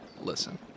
listen